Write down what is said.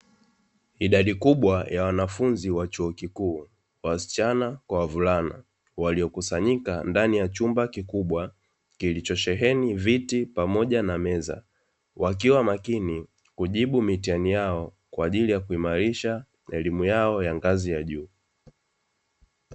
Idadi kubwa ya wanafunzi wa chuo kikuu wasichana kwa wavulana, waliokusanyika ndani ya chumba kikubwa kilichosheheni viti pamoja na meza, wakiwa makini kujibu mitihani yao kwa ajili ya kuimarisha elimu yao ngazi ya juu.